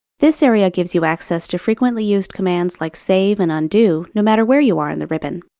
this area gives you access to frequently used commands like save and undo, no matter where you are on the ribbon.